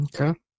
Okay